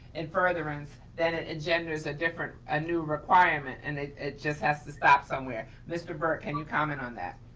and further runs that agenda is a different, a new requirement and it it just has to stop somewhere. mr. burke, can you comment on that?